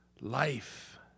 life